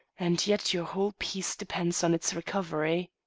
and yet your whole peace depends on its recovery.